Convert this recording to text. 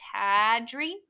Tadri